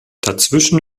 dazwischen